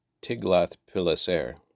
Tiglath-Pileser